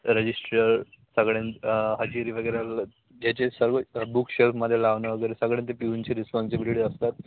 register सगळ्यांचं हजेरी वगैरे ज्याचे सर्व बुक शेल्फमध्ये लावणं वगेरे सगळ्यांं ते पिऊनची रिस्पॉनसिबिलिटी असतात